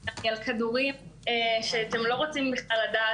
אני על כדורים שאתם בכלל לא רוצים לדעת,